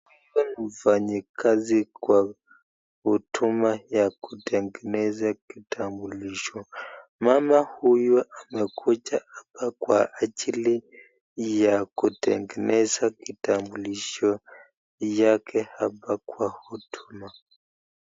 Huyu ni mfanyikazi katika huduma ya kitengenesa kitambulisho, mama huyu amekuja hapa kwa ajili ya kitengeneza kitambulisho yake hapa huduma.